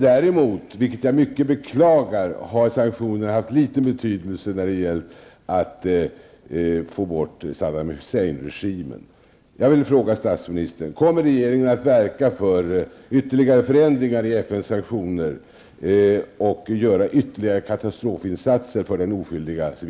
Däremot, vilket jag beklagar, har sanktionerna liten betydelse när det gällt att få bort Saddam